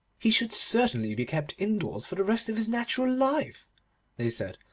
he should certainly be kept indoors for the rest of his natural life they said.